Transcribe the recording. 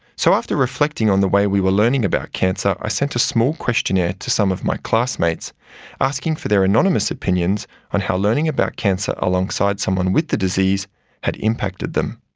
so after reflecting on the way we were learning about cancer, i sent a small questionnaire to some of my classmates asking for their anonymous opinions on how learning about cancer alongside someone with the disease had impacted them.